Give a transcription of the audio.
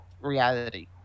reality